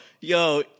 yo